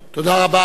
תודה רבה.